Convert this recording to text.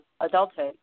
adulthood